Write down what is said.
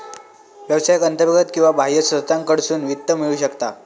व्यवसायाक अंतर्गत किंवा बाह्य स्त्रोतांकडसून वित्त मिळू शकता